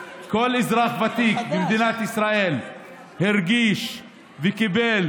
כל אזרח ותיק במדינת ישראל הרגיש וקיבל